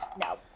No